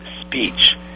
speech